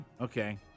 Okay